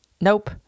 nope